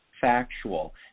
factual